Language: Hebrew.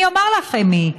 אני אומר לכם מי: